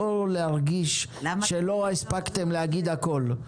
לא להרגיש שלא הספקתם להגיד הכול.